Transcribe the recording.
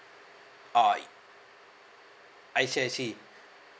uh I see I see